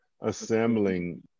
assembling